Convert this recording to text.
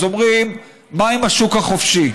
אז אומרים: מה עם השוק החופשי?